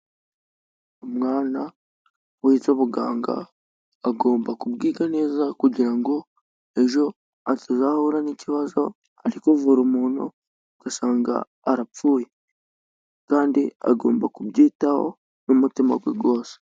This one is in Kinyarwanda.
Umwana wize ubuganga agomba kubwiga neza kugira ngo ejo atazahura n'ikibazo ari kuvura umuntu ugasanga arapfuye. Kandi agomba kubyitaho n'umutima we wose.